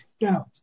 Now